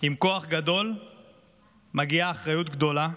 עם כוח גדול מגיעה אחריות גדולה,